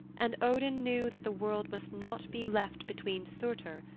and odin knew that the world must not be left between surtur,